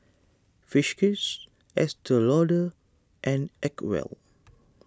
Friskies Estee Lauder and Acwell